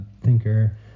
thinker